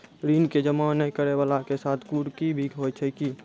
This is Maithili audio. ऋण के जमा नै करैय वाला के साथ कुर्की भी होय छै कि?